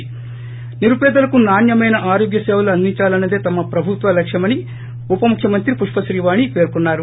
ి నిరుపేదలకు నాణ్యమైన ఆరోగ్యసేవలు అందించాలన్నదే తమ ప్రభుత్వ లక్షమని ఉపముఖ్యమంత్రి పుష్పశ్రీవాణి పేర్కొన్నారు